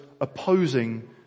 opposing